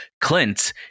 Clint